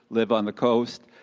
live on the coast.